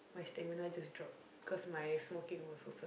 my stamina just drop cause my smoking was also